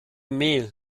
mehl